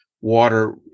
water